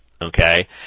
Okay